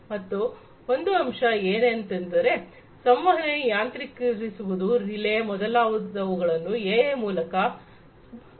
ಮತ್ತೆ ಒಂದು ಅಂಶ ಏನಂತಾರೆ ಸಂವಹನೆ ಯಾಂತ್ರಿಕ ರಿಸುವುದು ರಿಲೇ ಮೊದಲಾದವುಗಳನ್ನು ಎಐ ಮೂಲಕ ಬಾರಿಸುವುದು